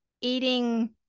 eating